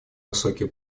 высокий